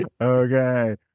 Okay